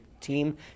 team